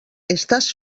estàs